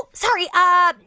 sorry. ah,